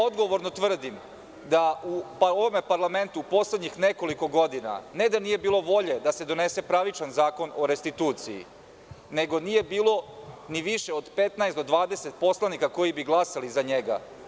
Odgovorno tvrdim da u ovom parlamentu u poslednjih nekoliko godina ne da nije bilo volje da se donese pravičan Zakon o restituciji, nego nije bilo ni više od 15 do 20 poslanika koji bi glasali za njega.